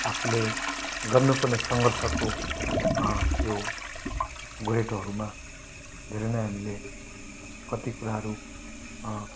आफूले गर्न पर्ने सङ्घर्षको यो गोरेटोहरूमा धेरै नै हामीले कति कुराहरू